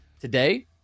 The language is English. Today